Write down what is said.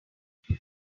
have